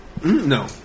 No